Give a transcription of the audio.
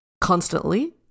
constantly